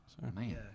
Man